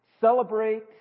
celebrate